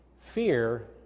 Fear